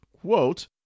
quote